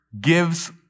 gives